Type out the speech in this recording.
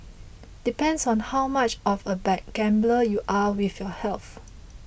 depends on how much of a bad gambler you are with your health